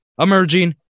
Emerging